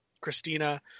Christina